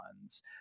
ones